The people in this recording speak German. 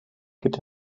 geht